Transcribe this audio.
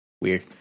Weird